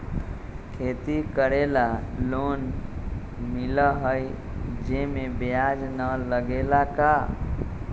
खेती करे ला लोन मिलहई जे में ब्याज न लगेला का?